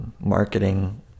Marketing